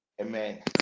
Amen